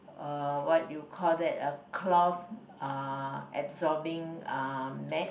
err what you call that a cloth uh absorbing uh mat